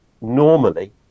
Normally